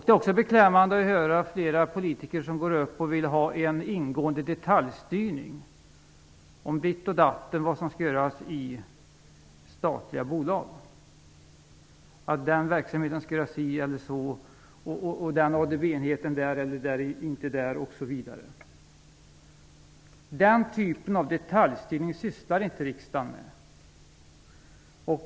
Det är också beklämmande att flera politiker går upp i debatten och säger att de vill ha en ingående detaljstyrning om ditt och datt när det gäller vad som skall göras i statliga bolag - t.ex. att en viss verksamhet skall göra si eller så eller var en viss ADB-enhet skall vara. Den typen av detaljstyrning sysslar riksdagen inte med.